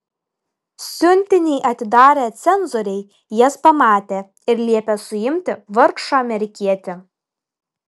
siuntinį atidarę cenzoriai jas pamatė ir liepė suimti vargšą amerikietį